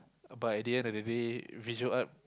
but at the end of the day visual art